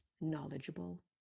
knowledgeable